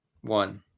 one